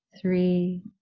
three